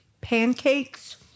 pancakes